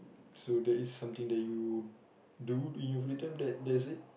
so that is something that you do in your free time that that's it